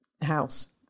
house